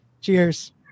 cheers